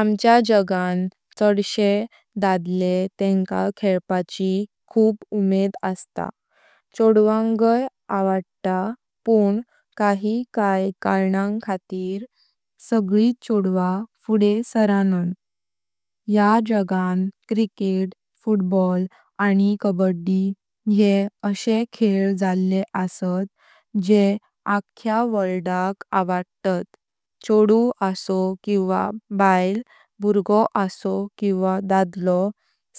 आमच्या जगान चव्विसे दाडले तेंका खेळपाची खूप उमेद असता छोड़वांगई आवडता पण काही काय करनांग खातीर सगळीत छोड़व फुडे सरानां। या जगान क्रिकेट, फुटबॉल आनी कबड्डी ये अशे खेळ झाले असत जे आख्या वर्ल्डाक आवडतात छोदो असव किव्हां बायल, बाळगु असव किव्हां दाडलो